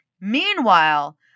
Meanwhile